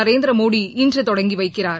நரேந்திரமோடி இன்று தொடங்கி வைக்கிறார்